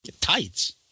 Tights